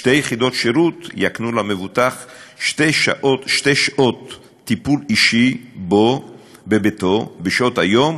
שתי יחידות שירות יקנו למבוטח שתי שעות טיפול אישי בביתו בשעות היום,